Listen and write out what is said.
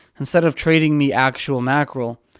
instead of trading me actual mackerel,